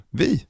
vi